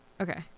Okay